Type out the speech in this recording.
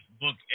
book